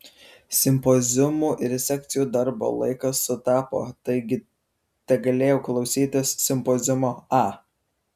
simpoziumų ir sekcijų darbo laikas sutapo taigi tegalėjau klausytis simpoziumo a